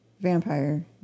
vampire